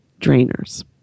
drainers